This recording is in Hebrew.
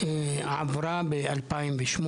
עברה ב-2008.